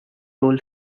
toll